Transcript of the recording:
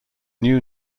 new